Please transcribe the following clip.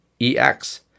EX